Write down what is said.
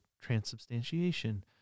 transubstantiation